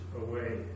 away